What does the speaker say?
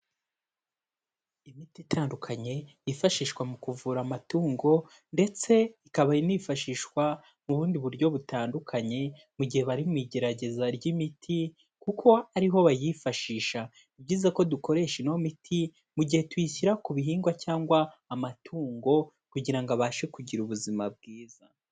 Imiti itandukanye yifashishwa mu kuvura amatungo ndetse ikaba inifashishwa mu bundi buryo butandukanye, mu gihe bari mu igerageza ry'imiti, kuko ariho bayifashisha. Ni byiza ko dukoresha ino miti mu gihe tuyishyira ku bihingwa, cyangwa amatungo kugira ngo abashe kugira ubuzima bwiza.